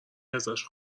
ازش